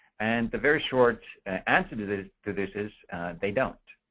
and the very short answer to this to this is they don't.